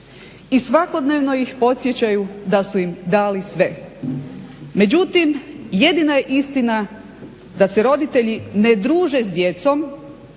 i svakodnevno ih podsjećaju da su im dali sve. Međutim, jedina je istina da se roditelji ne druže s djecom,